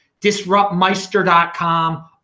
DisruptMeister.com